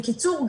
בקיצור,